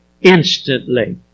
instantly